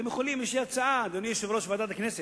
יש לי הצעה, אדוני יושב-ראש ועדת הכנסת,